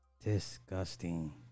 disgusting